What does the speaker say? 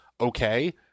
Okay